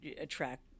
attract